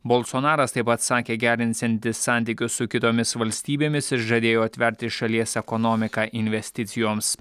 bolsonaras taip pat sakė gerinsianti santykius su kitomis valstybėmis ir žadėjo atverti šalies ekonomiką investicijoms